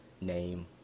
name